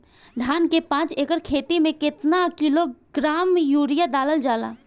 धान के पाँच एकड़ खेती में केतना किलोग्राम यूरिया डालल जाला?